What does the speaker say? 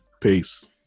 peace